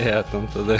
ėjo ten tada